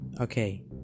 okay